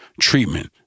treatment